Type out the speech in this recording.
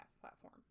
platform